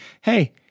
hey